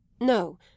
No